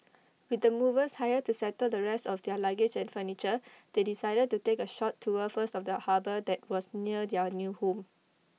with the movers hired to settle the rest of their luggage and furniture they decided to take A short tour first of the harbour that was near their new home